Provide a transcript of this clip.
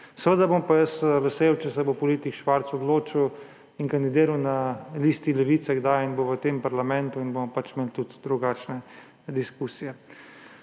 Seveda bom pa jaz vesel, če se bo politik Švarc odločil in kdaj kandidiral na listi Levice in bo v tem parlamentu in bomo pač imeli tudi drugačne diskusije.